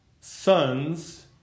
sons